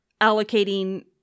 allocating